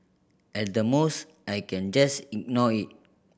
at the most I can just ignore it